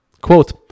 Quote